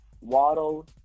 Waddle